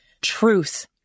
truth